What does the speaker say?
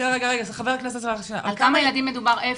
על כמה ילדים מדובר איפה?